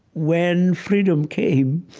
when freedom came,